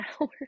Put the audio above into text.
hours